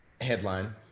headline